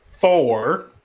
four